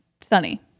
sunny